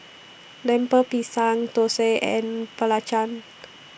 Lemper Pisang Thosai and Belacan